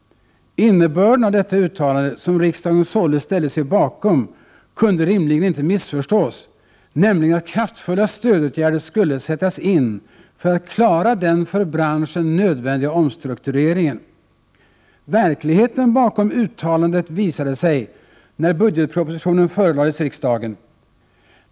Innebörden av detta uttalande, som riksdagen således ställde sig bakom, kunde rimligen inte missförstås, nämligen att kraftfulla stödåtgärder skulle sättas in för att klara den för branschen nödvändiga omstruktureringen. Verkligheten bakom uttalandet uppenbarade sig när budgetpropositionen förelades riksdagen.